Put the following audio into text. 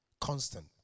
constant